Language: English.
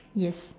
yes